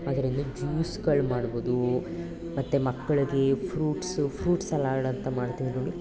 ಅದರಿಂದ ಜ್ಯೂಸುಗಳ್ ಮಾಡ್ಬೌದು ಮತ್ತು ಮಕ್ಕಳಿಗೆ ಫ್ರೂಟ್ಸ್ ಫ್ರೂಟ್ಸ್ ಸಲಾಡ್ ಅಂತ ಮಾಡ್ತೀವಿ ನೋಡಿ